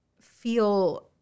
feel